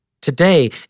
Today